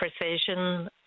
precision